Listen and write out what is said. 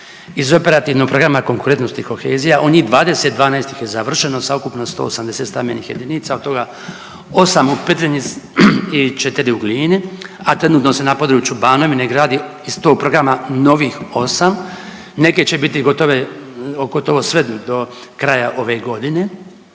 iz operativnog programa konkurentnost i kohezija. Od njih 20, 12 ih je završeno sa ukupno 180 stambenih jedinica od toga 8 u Petrinji i 4 u Glini, a trenutno se na području Banovine gradi iz tog programa novih 8. Neke će biti gotove gotovo sve do kraja ove godine,